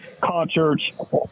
concerts